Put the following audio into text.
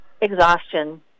Exhaustion